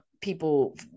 people